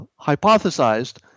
hypothesized